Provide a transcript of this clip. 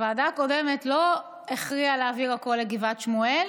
הוועדה הקודמת לא הכריעה להעביר הכול לגבעת שמואל,